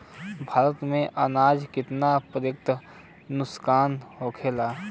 भारत में अनाज कितना प्रतिशत नुकसान होखेला?